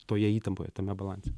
toje įtampoje tame balanse